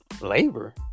Labor